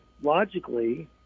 logically